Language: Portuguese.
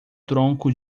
tronco